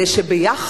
בתור מה,